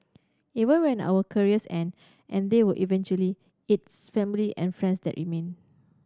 even when our careers end and they will eventually it's family and friends that remain